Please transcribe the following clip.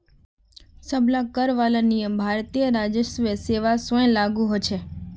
सब ला कर वाला नियम भारतीय राजस्व सेवा स्व लागू होछे